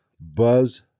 Buzz